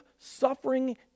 Suffering